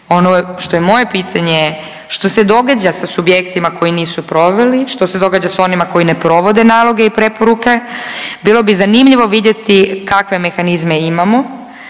Ono što je moje pitanje je, što se događa sa subjektima koji nisu proveli, što se događa s onima koji ne provode naloge i preporuke? Bilo bi zanimljivo vidjeti kakve mehanizme imamo,